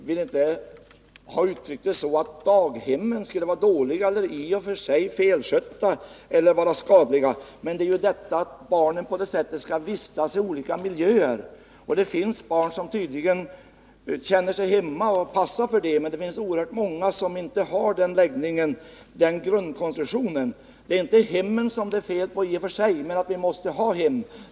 Herr talman! Jag vill inte ha uttryckt det så att daghemmen i och för sig skulle vara dåliga, felskötta eller skadliga. Det är detta att barnen skall behöva vistas i olika miljöer som jag vänder mig mot. Det finns barn som passar för det och tydligen känner sig hemma, men det finns också oerhört många barn som inte har den läggningen, den grundkonstitutionen. Det är inte daghemmen som det är fel på i och för sig utan det förhållandet att vi måste ha sådana hem.